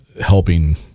helping